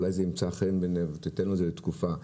אולי זה ימצא חן בעיניו ותיתן לו את זה לתקופה.